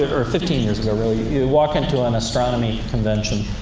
or fifteen years ago, really, you walk into an astronomy convention,